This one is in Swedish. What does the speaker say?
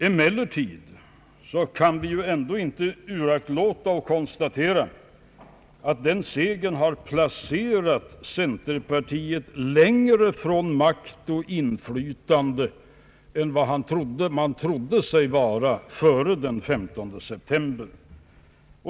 Emellertid kan vi ändå inte uraktlåta att konstatera, att den segern har placerat centerpartiet längre från makt och inflytande än vad man trodde sig vara före den 15 september.